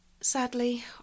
Sadly